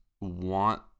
want